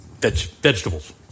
vegetables